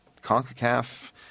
concacaf